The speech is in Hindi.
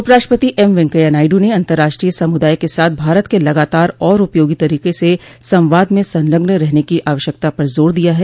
उप राष्ट्रपति एम वेंकैया नायडू ने अंतर्राष्ट्रीय समुदाय के साथ भारत के लगातार और उपयोगी तरीके से संवाद में संलग्न रहने की आवश्यकता पर जोर दिया है